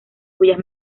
cuyas